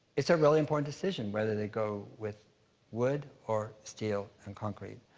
it's a really important decision whether they go with wood or steel and concrete.